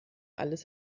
alles